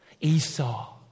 Esau